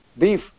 beef